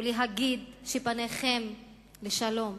ולהגיד שפניכם לשלום,